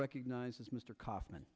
recognizes mr kaufman